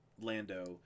Lando